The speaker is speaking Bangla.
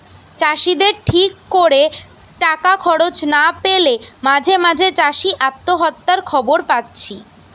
চাষিদের ঠিক কোরে টাকা খরচ না পেলে মাঝে মাঝে চাষি আত্মহত্যার খবর পাচ্ছি